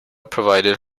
provided